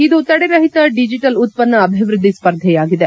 ಇದು ತಡೆ ರಹಿತ ಡಿಜಿಟಲ್ ಉತ್ಪನ್ನ ಅಭಿವೃದ್ದಿ ಸ್ಪರ್ಧೆಯಾಗಿದೆ